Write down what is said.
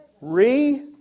re